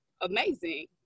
amazing